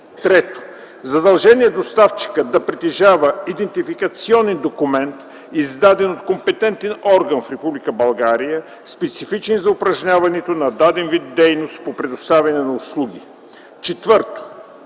3. задължение доставчикът да притежава идентификационен документ, издаден от компетентен орган в Република България, специфичен за упражняването на даден вид дейност по предоставяне на услуги; 4.